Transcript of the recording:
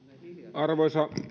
arvoisa